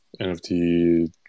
nft